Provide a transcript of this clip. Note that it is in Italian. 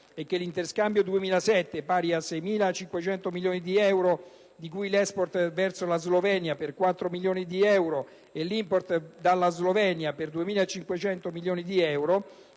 e che l'interscambio 2007 è pari a 6.500 milioni di euro (di cui l'*export* verso la Slovenia per 4.000 milioni di euro e l'*import* dalla Slovenia per 2.500 milioni di euro)